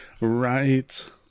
Right